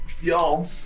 y'all